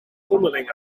vondeling